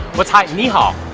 what's hi? ni hao,